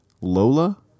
Lola